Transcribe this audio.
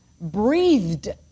breathed